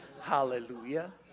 hallelujah